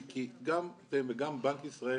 גם אתם וגם בנק ישראל